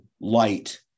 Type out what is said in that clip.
light